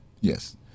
Yes